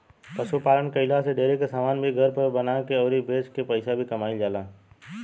पशु पालन कईला से डेरी के समान भी घर पर बना के अउरी बेच के पईसा भी कमाईल जाला